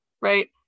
right